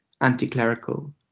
anti-clerical